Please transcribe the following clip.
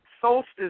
solstice